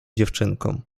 dziewczynką